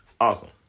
awesome